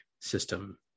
system